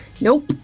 Nope